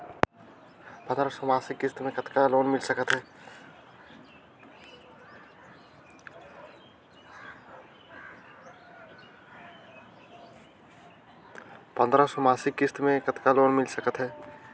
पंद्रह सौ मासिक किस्त मे कतका तक लोन मिल सकत हे?